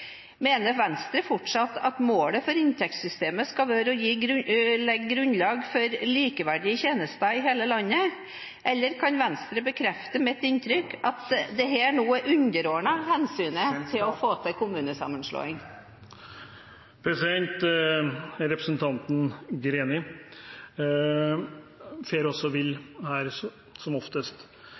Mener Venstre fortsatt at målet for inntektssystemet skal være å legge grunnlag for likeverdige tjenester i hele landet, eller kan Venstre bekrefte mitt inntrykk, at dette nå er underordnet hensynet til å få til kommunesammenslåing? Representanten Greni farer vill, som oftest. Våre overordnede mål, som